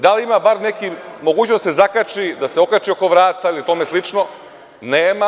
Da ima bar neku mogućnost da se zakači, okači oko vrata ili tome slično, nema.